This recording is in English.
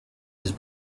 his